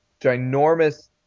ginormous